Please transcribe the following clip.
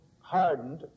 hardened